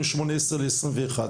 משמונה עשרה עד עשרים ואחד,